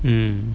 hmm